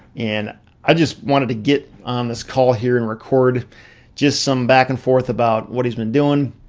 and i just wanted to get on this call here and record just some back-and-forth about what he's been doing,